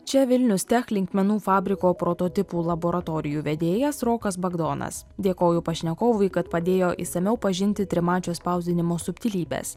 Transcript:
čia vilnius tech linkmenų fabriko prototipų laboratorijų vedėjas rokas bagdonas dėkoju pašnekovui kad padėjo išsamiau pažinti trimačio spausdinimo subtilybes